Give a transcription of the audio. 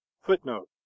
footnote